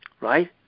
right